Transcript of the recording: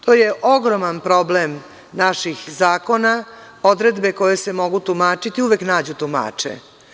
To je ogroman problem naših zakona, odredbe koje se mogu tumačiti uvek nađu tumače.